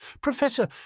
Professor